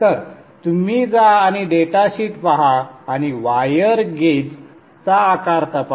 तर तुम्ही जा आणि डेटा शीट पहा आणि वायर गेज चा आकार तपासा